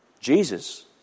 Jesus